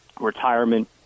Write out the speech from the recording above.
retirement